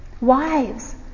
Wives